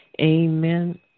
Amen